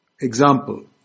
Example